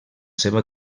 seva